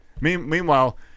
Meanwhile